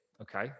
Okay